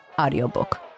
audiobook